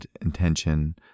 intention